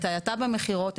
את ההאטה במכירות,